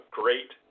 great